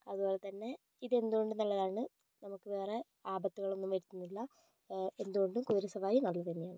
അതുപോലെ തന്നെ ഇത് എന്തുകൊണ്ടും നല്ലതാണ് നമുക്ക് വേറെ ആപത്തുകൾ ഒന്നും വരുത്തുന്നില്ല എന്തുകൊണ്ടും കുതിരസവാരി നല്ലതുതന്നെയാണ്